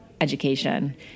education